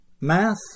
Math